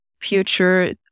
future